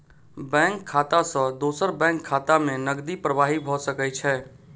bank खाता सॅ दोसर बैंक खाता में नकदी प्रवाह भ सकै छै